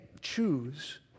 choose